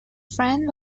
friend